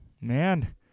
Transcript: Man